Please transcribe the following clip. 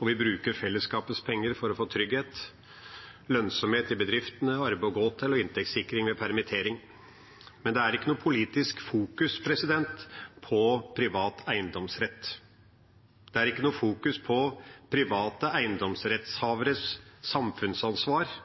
og vi bruker fellesskapets penger for å få trygghet, lønnsomhet i bedriftene, arbeid å gå til og inntektssikring ved permittering. Men det er ikke noe politisk fokus på privat eiendomsrett. Det er ikke noe fokus på private eiendomsrettshaveres samfunnsansvar.